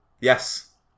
Yes